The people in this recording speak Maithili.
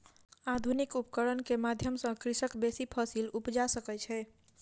आधुनिक उपकरण के माध्यम सॅ कृषक बेसी फसील उपजा सकै छै